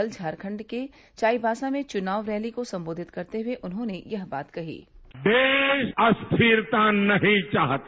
कल झारखंड के चाईबासा में चुनाव रैली को संबोधित करते हुए उन्होंने यह बात कही देश अस्थिरता नहीं चाहता